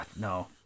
no